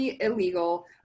illegal